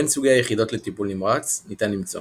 בין סוגי היחידות לטיפול נמרץ ניתן למצוא